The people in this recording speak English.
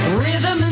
rhythm